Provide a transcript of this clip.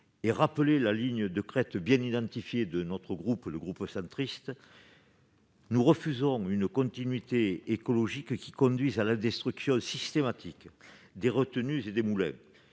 et rappeler la ligne de crête, bien identifiée, de notre groupe Union Centriste, nous refusons une continuité écologique qui conduise à la destruction systématique des retenues et des moulins.